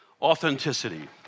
Authenticity